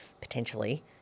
potentially